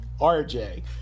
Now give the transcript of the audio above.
RJ